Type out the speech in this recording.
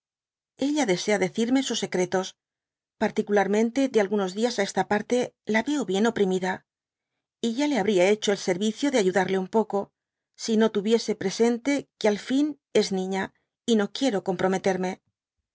ella desea decirme sus secretos particularmente de algunos dias á esta parte la veo bien oprimida y ya le habría echo el servicio de ayudarle un poco sino tuviese presente que al fin es niña y no quiero ccmqxrometerme